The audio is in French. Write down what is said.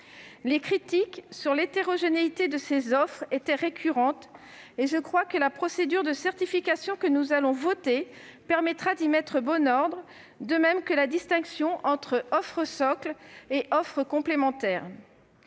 Des critiques visaient l'hétérogénéité de ces offres de manière récurrente ; je crois que la procédure de certification que nous allons adopter permettra d'y mettre bon ordre, de même que la distinction entre offre socle et offre complémentaire.